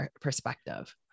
perspective